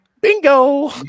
Bingo